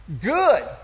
Good